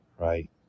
right